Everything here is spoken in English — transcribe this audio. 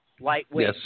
lightweight